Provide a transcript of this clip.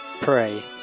pray